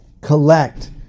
collect